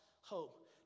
hope